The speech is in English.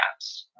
apps